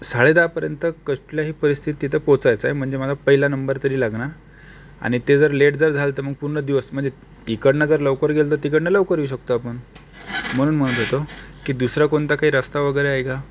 साडेदहापर्यंत कुठल्याही परिस्थितीत तिथे पोहोचायचं आहे म्हणजे माझा पहिला नंबर तरी लागणार आणि ते जर लेट जर झालं तर मग पूर्ण दिवस म्हणजे इकडनं जर लवकर गेलो तर तिकडनं लवकर येऊ शकतो आपण म्हणून म्हणत होतो की दुसरा कोणता काही रस्ता वगैरे आहे का